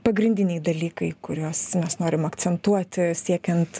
pagrindiniai dalykai kuriuos mes norim akcentuoti siekiant